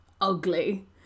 ugly